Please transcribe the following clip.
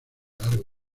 largo